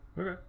Okay